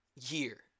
year